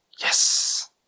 Yes